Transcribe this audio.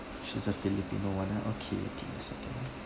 she's a filipino one ah okay give me a second